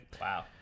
wow